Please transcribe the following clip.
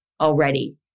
already